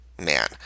man